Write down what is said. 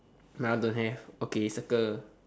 nah don't have okay circle